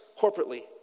corporately